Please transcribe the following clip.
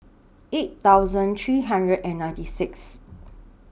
eight thousand three hundred and ninety Sixth